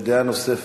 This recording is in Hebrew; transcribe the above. בדעה נוספת,